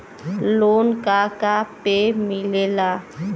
Loan का का पे मिलेला?